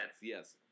Yes